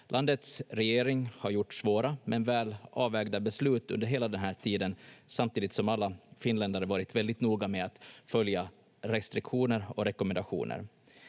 Landets regering har gjort svåra, men väl avvägda beslut under hela den här tiden, samtidigt som alla finländare varit väldigt noga med att följa restriktioner och rekommendationer.